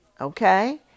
Okay